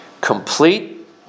complete